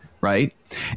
Right